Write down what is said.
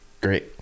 Great